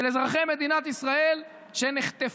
של אזרחי מדינת ישראל שנחטפו,